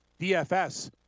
DFS